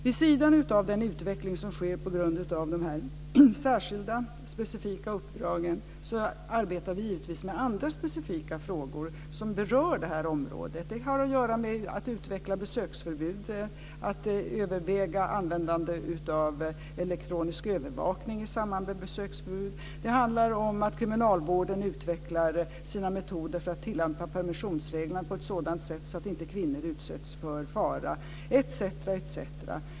Vid sidan av den utveckling som sker på grund av de särskilda specifika uppdragen arbetar vi givetvis med andra specifika frågor som berör det här området. Det har att göra med att utveckla besöksförbud, att överväga användande av elektronisk övervakning i samband med besöksförbud. Det handlar om att kriminalvården utvecklar sina metoder för att tillämpa permissionsreglerna på ett sådant sätt att inte kvinnor utsätts för fara, etc.